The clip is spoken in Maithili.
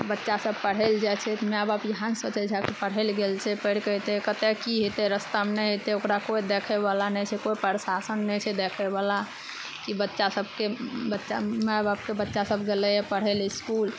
बच्चा सब पढ़ै लए जाइ छै तऽ माय बाप इहाँ सोचै झाड़ी पढ़ै लऽ गेल छै पढ़ि कऽ हेतै कते की हेतै रस्तामे नहि हेतै ओकरा कोइ देखै बला नहि छै कोइ प्रशासन नहि छै देखै बला कि बच्चा सभके बच्चा माय बापके बच्चा सभ गेलैए पढ़ै लए इसकुल